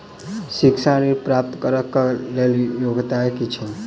शिक्षा ऋण प्राप्त करऽ कऽ लेल योग्यता की छई?